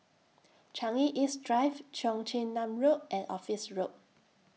Changi East Drive Cheong Chin Nam Road and Office Road